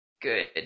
good